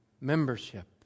membership